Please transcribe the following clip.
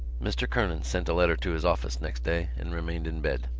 mr. kernan sent a letter to his office next day and remained in bed.